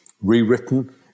rewritten